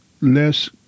less